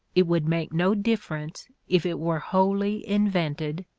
it would make no difference if it were wholly invented,